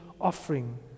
offering